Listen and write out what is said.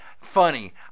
Funny